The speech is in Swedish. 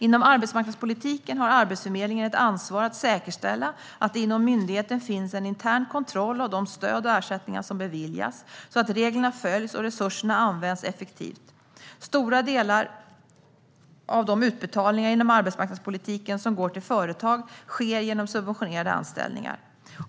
Inom arbetsmarknadspolitiken har Arbetsförmedlingen ett ansvar att säkerställa att det inom myndigheten finns en intern kontroll av de stöd och ersättningar som beviljas, så att reglerna följs och resurserna används effektivt. Stora delar av de utbetalningar inom arbetsmarknadspolitiken som går till företag sker genom subventionerade anställningar.